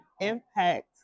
impact